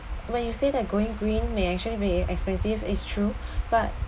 when you say that going green may actually be expensive is true but